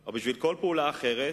או בשביל כל פעולה אחרת,